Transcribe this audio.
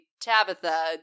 Tabitha